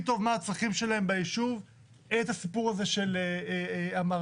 טוב מה הצרכים שלהם ביישוב את הסיפור הזה של המרה.